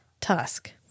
Tusk